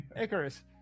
Icarus